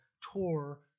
tore